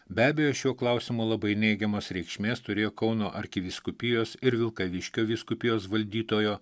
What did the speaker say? be abejo šiuo klausimo labai neigiamos reikšmės turėjo kauno arkivyskupijos ir vilkaviškio vyskupijos valdytojo